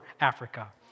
Africa